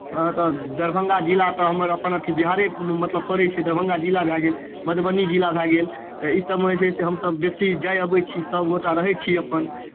अहाँके दरभंगा जिला तऽ हमर अपन अथि बिहारेमे मतलब पड़ै छै दरभंगा जिला भए गेल मधुबनी जिला भए गेल तऽ ई सभमे जे छै से हमसभ बेसी जाइ अबै छी सभ गोटा रहै छी अपन